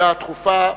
כשאלה דחופה.